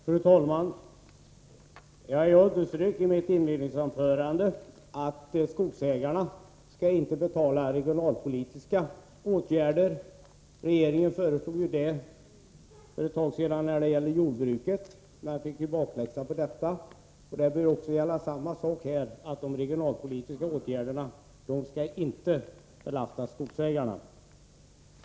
Fru talman! Jag underströk i mitt inledningsanförande att skogsägarna inte skall betala regionalpolitiska åtgärder. Regeringen hade för ett tag sedan ett liknande förslag när det gällde jordbruket, men fick bakläxa den gången. Samma sak bör gälla här: de regionalpolitiska åtgärderna skall inte belasta skogsägarna.